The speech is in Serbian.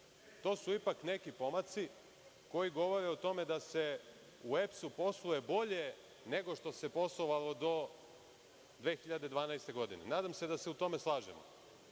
To su ipak neki pomaci koji govore o tome da se u EPS-u posluje bolje nego što se poslovalo do 2012. godine. Nadam se da se u tome slažemo. Vi